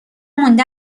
مونده